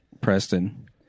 Preston